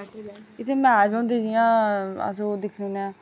इत्थै मैच होंदे जियां अस ओह् दिक्खने होने आं